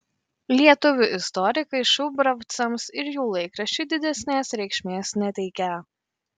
lietuvių istorikai šubravcams ir jų laikraščiui didesnės reikšmės neteikia